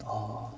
oh